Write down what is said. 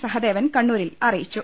സഹ ദേവൻ കണ്ണൂരിൽ അറിയിച്ചു